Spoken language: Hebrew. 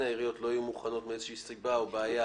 העיריות לא יהיו מוכנות מאיזושהי סיבה או בעיה,